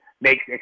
makes